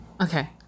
Okay